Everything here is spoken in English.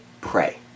pray